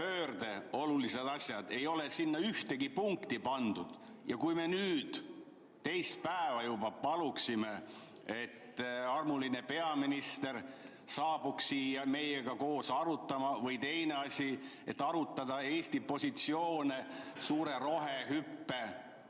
on olulised asjad – ei ole sinna ühtegi punkti pandud. Me nüüd juba teist päeva palume, et armuline peaminister saabuks siia meiega koos arutama või, teine asi, arutama Eesti positsioone suure rohehüppe